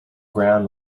ground